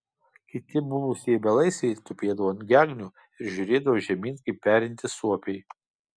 kiti buvusieji belaisviai tupėdavo ant gegnių ir žiūrėdavo žemyn kaip perintys suopiai